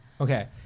okay